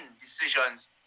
decisions